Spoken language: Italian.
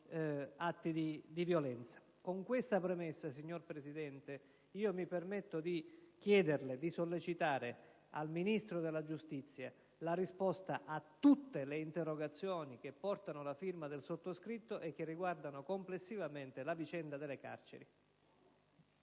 atti di violenza. Sulla base di questa premessa, signor Presidente, mi permetto di chiederle di sollecitare al Ministro della giustizia la risposta a tutte le interrogazioni che portano la firma del sottoscritto e che riguardano complessivamente le condizioni delle carceri.